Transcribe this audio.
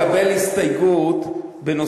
לא בקלות החלטנו לקבל הסתייגות בנושא